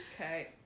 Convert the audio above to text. okay